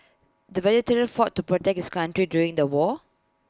the veteran fought to protect his country during the war